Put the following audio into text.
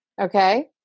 Okay